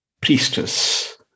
priestess